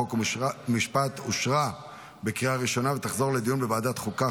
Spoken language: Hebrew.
חוק ומשפט אושרה בקריאה ראשונה ותחזור לדיון בוועדת החוקה,